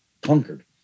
conquered